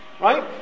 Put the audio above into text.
Right